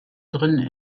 drin